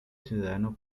ciudadano